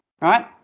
right